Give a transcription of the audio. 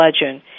legend